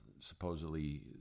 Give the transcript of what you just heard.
supposedly